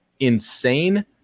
insane